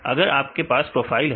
अगर आपके पास प्रोफाइल है